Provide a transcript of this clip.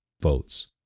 votes